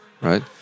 right